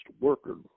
worker